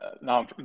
now